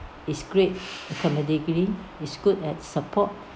it's great to have a degree is good at support